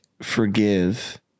forgive